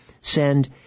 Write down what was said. send